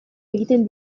egiten